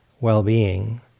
well-being